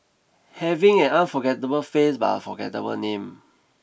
having an unforgettable face but a forgettable name